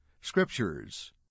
Scriptures